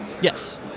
Yes